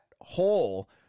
hole